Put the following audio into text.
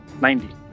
90